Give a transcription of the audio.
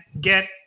get